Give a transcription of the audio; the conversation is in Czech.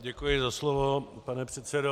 Děkuji za slovo, pane předsedo.